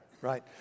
right